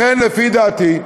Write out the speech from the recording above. לכן, לפי דעתי,